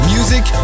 Music